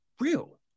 real